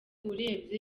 urebye